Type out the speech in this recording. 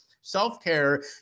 Self-care